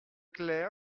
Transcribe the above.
clair